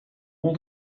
all